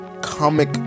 comic